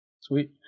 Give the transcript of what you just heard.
Sweet